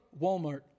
Walmart